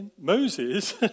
Moses